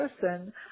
person